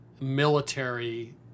military